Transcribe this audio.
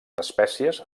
espècies